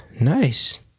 Nice